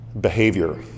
behavior